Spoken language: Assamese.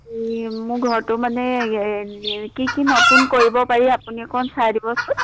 হেৰি মোৰ ঘৰটো মানে কি কি নতুন কৰিব পাৰি আপুনি অকণ চাই দিবচোন